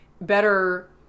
better